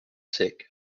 sick